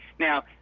now,